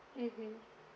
mmhmm